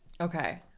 okay